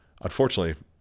Unfortunately